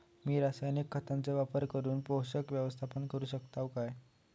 मी रासायनिक खतांचो वापर करून पोषक व्यवस्थापन करू शकताव काय?